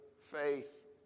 faith